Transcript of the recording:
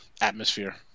atmosphere